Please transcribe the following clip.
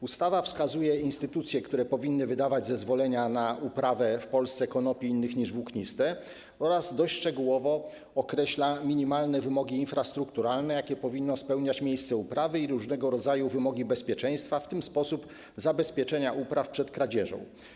Ustawa wskazuje instytucje, które powinny wydawać zezwolenia na uprawę w Polsce konopi innych niż włókniste, oraz dość szczegółowo określa minimalne wymogi infrastrukturalne, jakie powinno spełniać miejsce uprawy, i różnego rodzaju wymogi bezpieczeństwa, w tym sposób zabezpieczenia upraw przed kradzieżą.